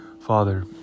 father